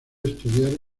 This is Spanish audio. estudiar